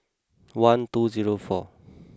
one two zero four